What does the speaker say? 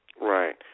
Right